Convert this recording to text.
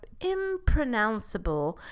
impronounceable